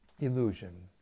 illusion